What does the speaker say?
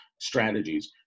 strategies